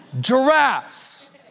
Giraffes